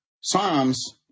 psalms